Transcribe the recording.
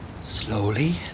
Slowly